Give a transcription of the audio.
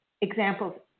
examples